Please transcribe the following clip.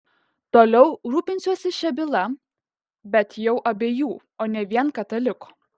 toliau rūpinsiuosi šia byla bet jau abiejų o ne vien kataliko